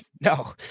No